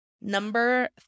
Number